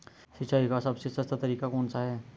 सिंचाई का सबसे सस्ता तरीका कौन सा है?